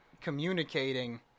communicating